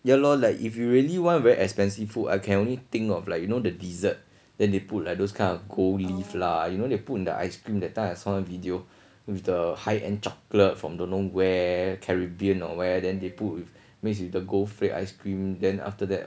ya lor like if you really want very expensive food I can only think of like you know the dessert then they put like those kind of gold leaf lah you know they put in the ice cream that time I saw one video with the high end chocolate from don't know where caribbean or where then they put with mixed with the gold flake ice cream then after that